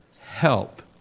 help